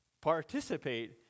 participate